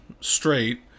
straight